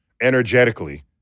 energetically